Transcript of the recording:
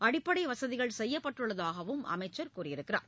அடிப்படை வசதிகள் செய்யப்பட்டுள்ளதாக அமைச்சர் கூறினார்